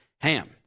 Ham